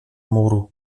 muru